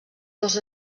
dos